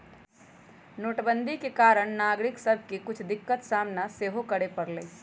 नोटबन्दि के कारणे नागरिक सभके के कुछ दिक्कत सामना सेहो करए परलइ